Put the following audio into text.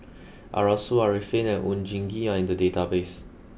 Arasu Arifin and Oon Jin Gee are in the database